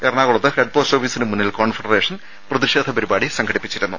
എറണാകുളത്ത് ഹെഡ്പോസ്റ്റ് ഓഫീസിന് മുന്നിൽ കോൺഫെഡറേഷൻ പ്രതിഷേധ പരിപാടി സംഘടിപ്പിച്ചിരുന്നു